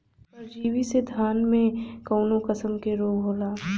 परजीवी से धान में कऊन कसम के रोग होला?